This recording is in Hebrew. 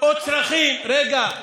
רגע.